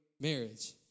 marriage